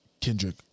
Kendrick